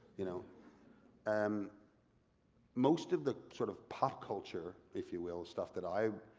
you know um most of the sort of pop culture, if you will, stuff that i,